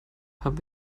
haben